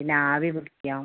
പിന്നെ ആവി പിടിക്കാം